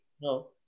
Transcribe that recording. No